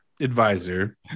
Advisor